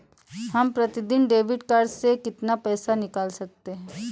हम प्रतिदिन debit card से कितना पैसा निकाल सकते हैं?